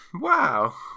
Wow